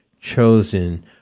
chosen